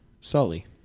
Sully